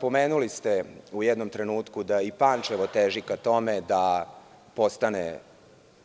Pomenuli ste u jednom trenutku da Pančevo teži ka tome da postane